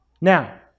Now